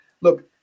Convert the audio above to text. Look